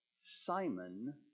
Simon